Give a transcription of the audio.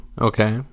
Okay